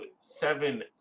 seven